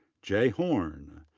j horn.